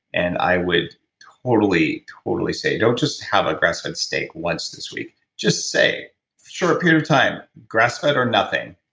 and i would totally totally say don't just have a grass-fed steak once this week. just say a short period of time grass-fed or nothing,